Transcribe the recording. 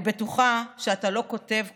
אני בטוחה שאתה לא כותב כלום,